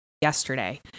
yesterday